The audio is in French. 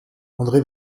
andré